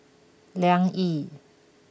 Liang Yi